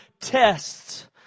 tests